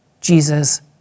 Jesus